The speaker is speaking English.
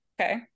Okay